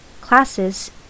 classes